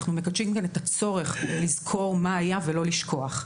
אנחנו מקדשים כאן את הצורך לזכור מה היה ולא לשכוח.